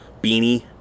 beanie